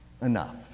enough